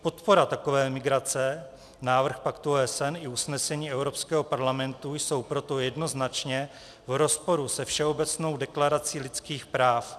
Podpora takové migrace, návrh paktu OSN i usnesení Evropského parlamentu jsou proto jednoznačně v rozporu se Všeobecnou deklarací lidských práv.